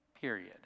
period